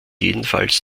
jedenfalls